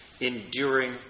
enduring